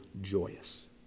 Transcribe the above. joyous